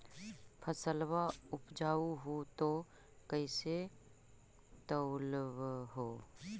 फसलबा उपजाऊ हू तो कैसे तौउलब हो?